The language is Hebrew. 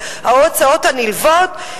וההוצאות הנלוות,